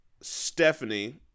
Stephanie